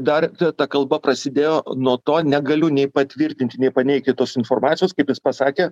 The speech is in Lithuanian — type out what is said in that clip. dar ta kalba prasidėjo nuo to negaliu nei patvirtinti nei paneigti tos informacijos kaip jis pasakė